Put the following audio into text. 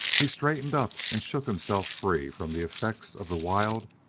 he straightened up and shook himself free from the effects of the wild,